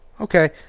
Okay